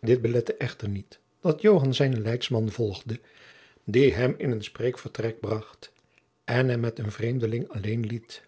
dit belette echter niet dat joan zijnen leidsman volgde die hem in een spreekvertrek bracht en hem met een vreemdeling alleen liet